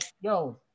yo